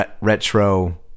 retro